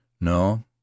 no